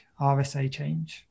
RSAChange